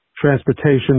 transportation